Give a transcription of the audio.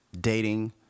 dating